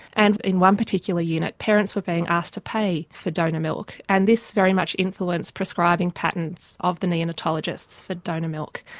and in one particular unit parents were being asked to pay for donor milk, and this very much influenced prescribing patterns of the neonatologists for donor milk.